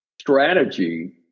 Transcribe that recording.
strategy